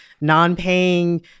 non-paying